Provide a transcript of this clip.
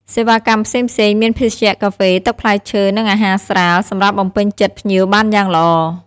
សេវាកម្មផ្សេងៗ មានភេសជ្ជៈកាហ្វេ ទឹកផ្លែឈើ និងអាហារស្រាល សម្រាប់បំពេញចិត្តភ្ញៀវបានយ៉ាងល្អ។